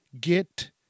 get